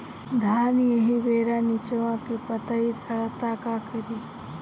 धान एही बेरा निचवा के पतयी सड़ता का करी?